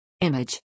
Image